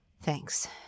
thanks